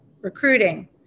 Recruiting